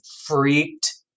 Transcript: freaked